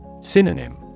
Synonym